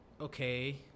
okay